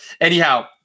Anyhow